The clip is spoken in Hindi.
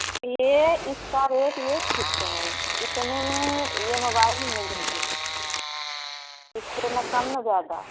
यह इसका रेट यह फिक्स है इतने में ये मोबाइल मिलेगी इससे न कम न ज़्यादा